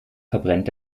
verbrennt